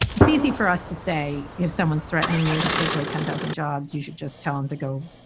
it's easy for us to say if someone's threatening you to take away ten thousand jobs, you should just tell them to go.